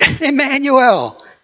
Emmanuel